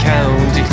County